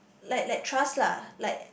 like like trust lah like